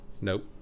Nope